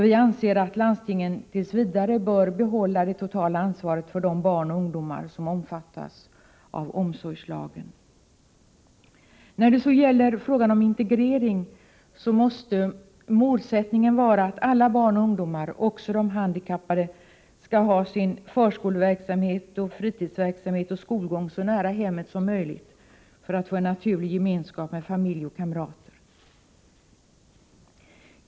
Vi anser därför att landstingen tills vidare bör behålla det totala ansvaret för de barn och ungdomar som omfattas av omsorgslagen. När det så gäller frågan om integrering måste målsättningen vara att alla barn och ungdomar — också de handikappade — skall ha sin förskoleverksamhet, fritidsverksamhet och skolgång så nära hemmet som möjligt för att få en naturlig gemenskap med familj och kamrater.